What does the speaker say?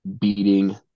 beating